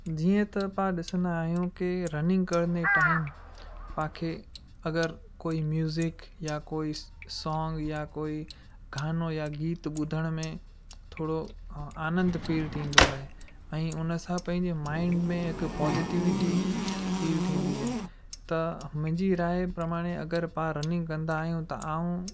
जीअं त पाणि ॾिसंदा आहियूं कि रनिंग कंदे टाइम तव्हांखे अगरि कोई म्यूज़िक या कोई सोंग या कोई गानो या गीत ॿुधण में थोरो आनंद फ़ील थींदो आहे ऐं हुन सां पंहिंजे माइंड में हिक पोजिटिविटी फ़ील थींदी आहे त मुंहिंजी राय प्रमाणे अगरि पाणि रनिंग कंदा आहियूं त आउं